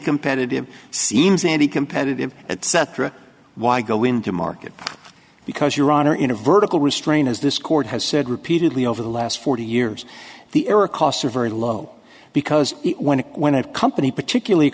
competitive seems anti competitive at cetera why go into market because your honor in a vertical restraint as this court has said repeatedly over the last forty years the error costs are very low because when it when it company particularly